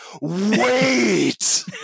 Wait